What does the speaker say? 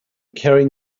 carrying